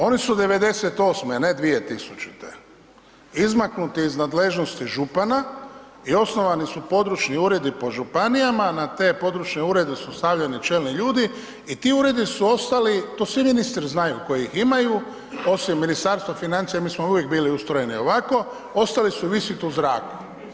Oni su 98, ne 2000. izmaknuti iz nadležnosti župana i osnovani su područni uredi po županijama, na te područne urede su stavljeni čelni ljudi i ti uredi su ostali, to svi ministri znaju koji ih imaju, osim Ministarstva financija, mi smo uvijek bili ustrojeni ovako, ostali su visit u zraku.